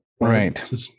Right